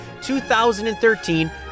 2013